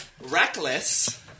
reckless